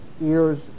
ears